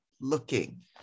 looking